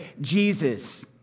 Jesus